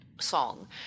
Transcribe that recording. song